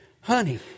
Honey